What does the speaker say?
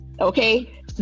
Okay